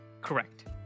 Correct